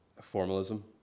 formalism